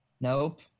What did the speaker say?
nope